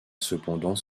cependant